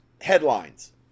headlines